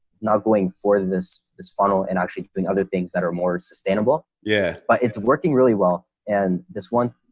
not going for this, this funnel and actually doing other things that are more sustainable. yeah, but it's working really well. and this one,